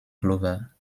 glover